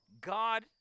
God